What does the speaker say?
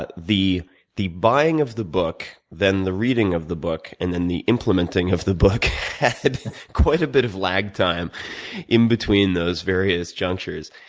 but the the buying of the book, then the reading of the book, and then the implementing of the book had quite a bit of lag time in between those various junctures.